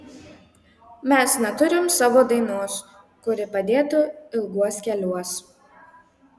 mes neturim savo dainos kuri padėtų ilguos keliuos